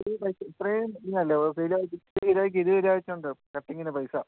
ഇത്രയും കട്ടിങ്ങിന് പൈസ